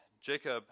Jacob